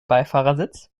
beifahrersitz